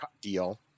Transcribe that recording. deal